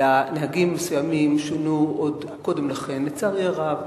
אלא נהגים מסוימים שונו עוד קודם לכן, לצערי הרב.